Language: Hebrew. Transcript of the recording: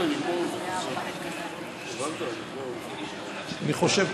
אני חושב,